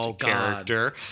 character